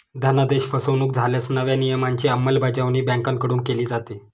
धनादेश फसवणुक झाल्यास नव्या नियमांची अंमलबजावणी बँकांकडून केली जाते